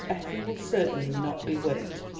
effie will certainly not be whipped,